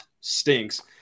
stinks